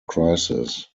crisis